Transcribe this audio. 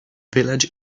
village